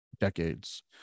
decades